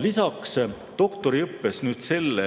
Lisaks doktoriõppes selle